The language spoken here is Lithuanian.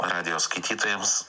radijo skaitytojams